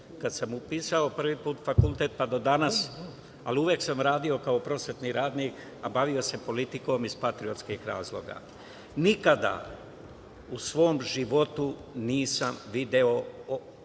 kada sam upisao prvi put fakultet pa do danas, ali uvek sam radio kao prosvetni radnik, a bavio se politikom iz patriotskih razloga. Nikada u svom životu nisam video